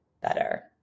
better